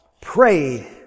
prayed